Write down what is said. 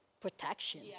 protection